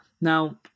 Now